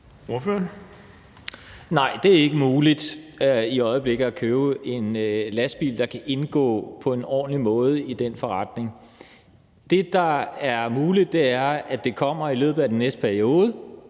Nej, det er ikke muligt i øjeblikket at købe en lastbil, der kan indgå på en ordentlig måde i den forretning. Det, der er muligt, er, at det kommer i løbet af den næste periode,